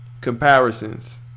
Comparisons